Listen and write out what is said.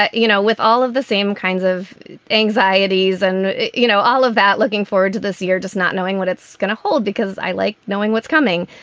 you know, with all of the same kinds of anxieties and you know, all of that looking forward to this year, just not knowing what it's going to hold, because i like knowing what's coming.